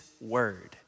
word